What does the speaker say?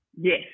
Yes